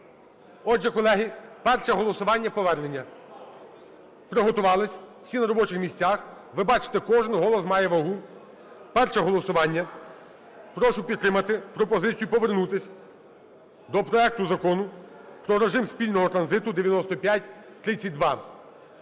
Отже, колеги, перше голосування – повернення. Приготувались. Всі на робочих місцях. Ви бачите, кожний голос має вагу. Перше голосування. Прошу підтримати пропозицію повернутись до проекту Закону про режим спільного транзиту 9532.